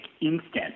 instant